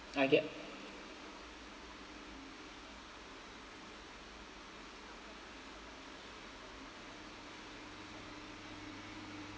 I get